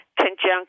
conjunction